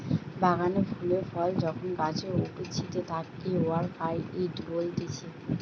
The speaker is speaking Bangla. বাগানে ফুল ফল যখন গাছে উগতিচে তাকে অরকার্ডই বলতিছে